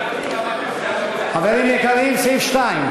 חברים יקרים, סעיף 2: